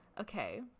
Okay